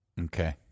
Okay